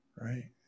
Right